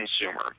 consumer